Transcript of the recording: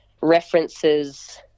References